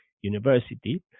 University